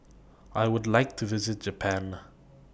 I Would like to visit Japan